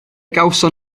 gawson